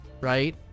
right